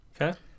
Okay